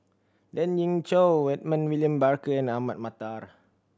Lien Ying Chow Edmund William Barker and Ahmad Mattar